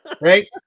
right